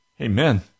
Amen